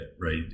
right